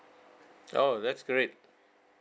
oh that's great